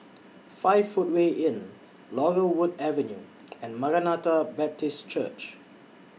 five Footway Inn Laurel Wood Avenue and Maranatha Baptist Church